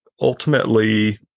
ultimately